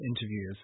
interviews